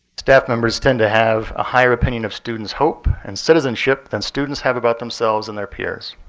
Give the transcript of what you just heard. staff members tend to have a higher opinion of students hope and citizenship than students have about themselves and their peers.